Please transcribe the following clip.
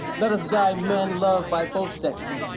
let us die men loved by both sexes.